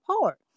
power